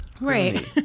Right